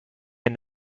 and